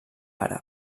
àrab